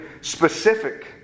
specific